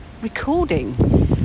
recording